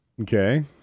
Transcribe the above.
Okay